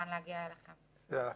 להגיע אליכם, כמובן.